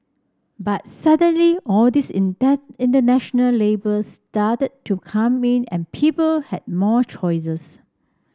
but suddenly all these international labels started to come in and people had more choices